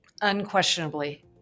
Unquestionably